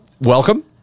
welcome